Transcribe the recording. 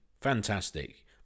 fantastic